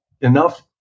enough